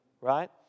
Right